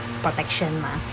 protection mah